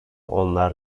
onlar